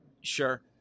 Sure